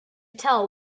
tell